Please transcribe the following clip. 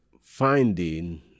finding